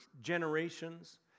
generations